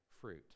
fruit